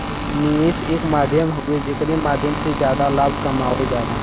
निवेश एक माध्यम हउवे जेकरे माध्यम से जादा लाभ कमावल जाला